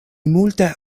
multe